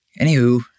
Anywho